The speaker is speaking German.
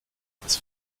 des